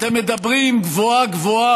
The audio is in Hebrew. אתם מדברים גבוהה-גבוהה